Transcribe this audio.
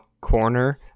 corner